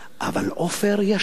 אבל עופר ישן.